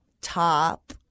top